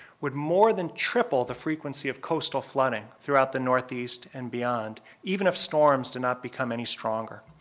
would more than triple the frequency of coastal flooding throughout the northeast and beyond, even if storms did not become any stronger.